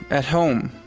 at home!